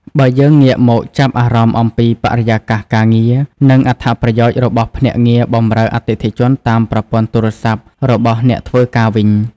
បើយើងងាកមកចាប់អារម្មណ៍អំពី បរិយាកាសការងារ និងអត្ថប្រយោជន៍របស់ភ្នាក់ងារបម្រើអតិថិជនតាមប្រព័ន្ធទូរស័ព្ទ របស់អ្នកធ្វើការវិញ។